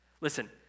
listen